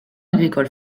agricole